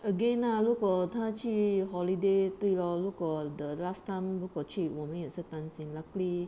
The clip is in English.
again 呐如果他去 holiday 对 lor 如果 the last time 如果去我们也是担心 luckily